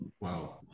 Wow